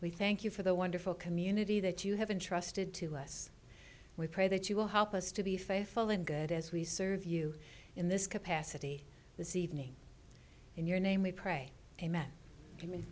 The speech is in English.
we thank you for the wonderful community that you haven't trusted to us we pray that you will help us to be faithful and good as we serve you in this capacity this evening in your name we pray